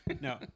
No